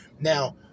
Now